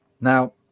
Now